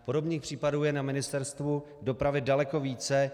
Podobných případů je na Ministerstvu dopravy daleko více.